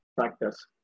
practice